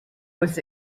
was